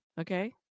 okay